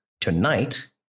tonight